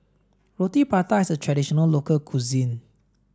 Roti Prata is a traditional local cuisine